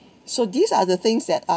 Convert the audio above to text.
so these are the things that are